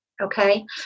Okay